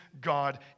God